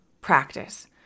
practice